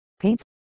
paints